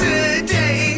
Today